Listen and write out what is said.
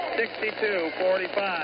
62-45